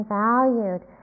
valued